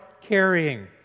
carrying